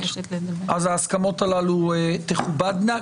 ההסכמות האלה תכובדנה,